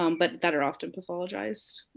um but that are often pathologized.